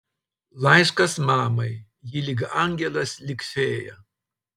laiškas mamai ji lyg angelas lyg fėja